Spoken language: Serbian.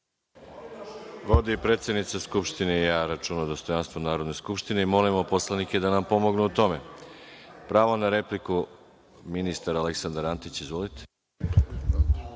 i predsednica Skupštine i ja računa o dostojanstvu Narodne skupštine i molimo narodne poslanike da nam pomognu u tome. Pravo na repliku, ministar Antić. Izvolite.